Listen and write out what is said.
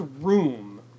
room